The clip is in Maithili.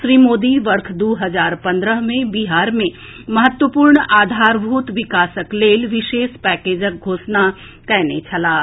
श्री मोदी वर्ष द्र हजार पंद्रह मे बिहार मे महत्वपूर्ण आधारभूत विकासक लेल विशेष पैकेजक घोषणा कएने छलाह